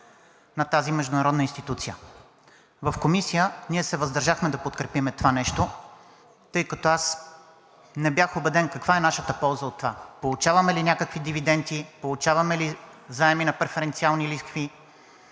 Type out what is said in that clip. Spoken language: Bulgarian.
на тази международна институция. В Комисията ние се въздържахме да подкрепим това нещо, тъй като аз не бях убеден каква е нашата полза от това – получаваме ли някакви дивиденти, получаваме ли заеми на преференциални лихви.